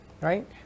right